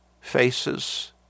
faces